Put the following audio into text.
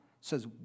says